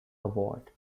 award